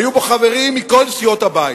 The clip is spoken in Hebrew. היו בו חברים מכל סיעות הבית.